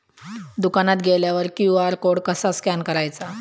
दुकानात गेल्यावर QR code कसा स्कॅन करायचा?